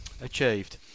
Achieved